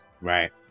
Right